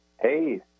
Hey